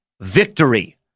Victory